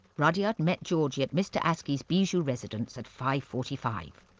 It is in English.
rudyard met georgie at mr. askey's bijou residence at five-forty-five.